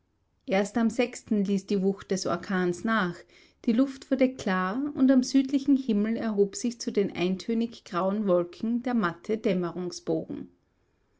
erst am sechsten ließ die wucht des orkans nach die luft wurde klar und am südlichen himmel erhob sich zu den eintönig grauen wolken der matte